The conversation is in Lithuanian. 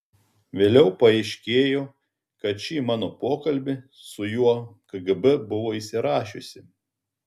vėliau paaiškėjo kad šį mano pokalbį su juo kgb buvo įsirašiusi